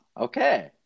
Okay